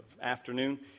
afternoon